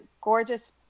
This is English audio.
gorgeous